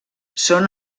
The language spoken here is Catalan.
són